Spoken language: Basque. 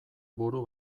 buru